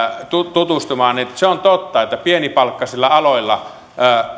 tutustumaan ja se on totta että pienipalkkaisilla aloilla